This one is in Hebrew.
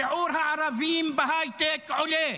שיעור הערבים בהייטק עולה,